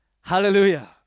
hallelujah